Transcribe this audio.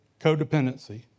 codependency